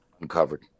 Uncovered